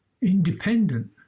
Independent